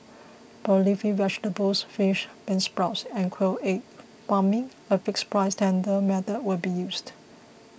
for leafy vegetables fish beansprouts and quail egg farming a fixed price tender method will be used